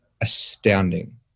astounding